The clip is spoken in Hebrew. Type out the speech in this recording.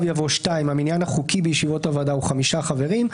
יבוא: "(2)המניין החוקי בישיבות הוועדה הוא חמישה חברים,